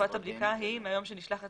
תקופת הבדיקה היא מהיום בו נשלח התצהיר?